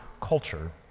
culture